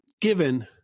given